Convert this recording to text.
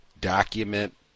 document